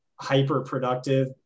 hyper-productive